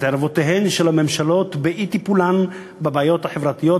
ערוותיהן של הממשלות באי-טיפולן בבעיות החברתיות,